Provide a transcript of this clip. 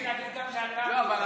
לא, אבל אני רציתי גם להגיד שאתה מיותר.